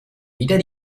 wieder